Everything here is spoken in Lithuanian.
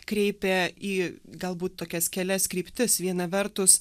kreipė į galbūt tokias kelias kryptis viena vertus